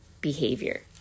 behavior